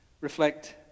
Reflect